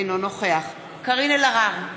אינו נוכח קארין אלהרר,